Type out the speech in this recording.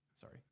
Sorry